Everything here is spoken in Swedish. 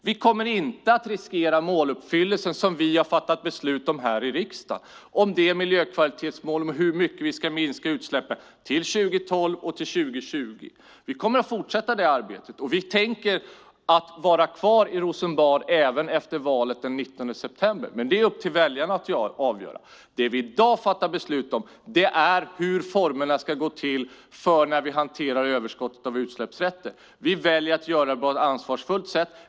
Vi kommer inte att riskera måluppfyllelsen som vi har fattat beslut om här i riksdagen när det gäller miljökvalitetsmål och hur mycket vi ska minska utsläppen till 2012 och 2020. Vi kommer att fortsätta det arbetet. Vi tänker vara kvar i Rosenbad även efter valet den 19 september, men det är upp till väljarna att avgöra. Det vi i dag fattar beslut om är formerna för hur vi hanterar överskottet av utsläppsrätter. Vi väljer att göra det på ett ansvarsfullt sätt.